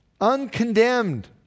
uncondemned